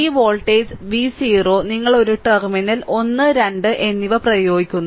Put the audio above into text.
ഈ voltage V0 നിങ്ങൾ ഒരു ടെർമിനൽ 1 2 എന്നിവ പ്രയോഗിക്കുന്നു